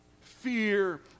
fear